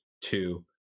two